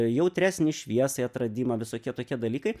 jautresnį šviesai atradimą visokie tokie dalykai